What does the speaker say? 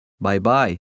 Bye-bye